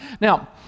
Now